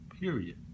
period